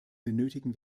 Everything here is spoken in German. benötigen